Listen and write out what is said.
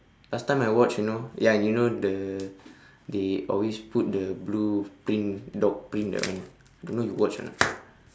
last time I watched you know ya you know the they always put the blue print dog print that one I don't know if you watched or not